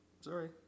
Sorry